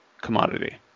commodity